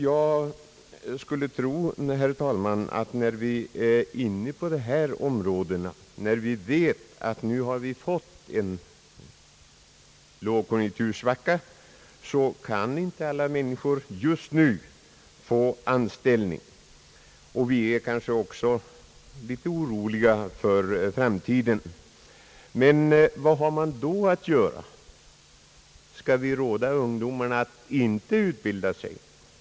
Vi vet att när vi nu har fått en konjunktursvacka så kan inte alla människor just nu få anställning, och vi är kanske också litet oroliga för framtiden. Men vad har man då att göra? Skall vi råda ungdomarna att inte utbilda sig?